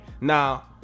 Now